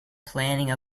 planning